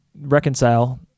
reconcile